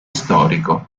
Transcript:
storico